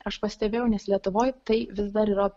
aš pastebėjau nes lietuvoj tai vis dar yra